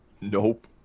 Nope